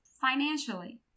financially